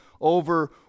over